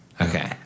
Okay